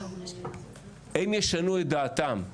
הם ישנו את דעתם,